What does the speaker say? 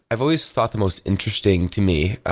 i've always thought the most interesting to me, ah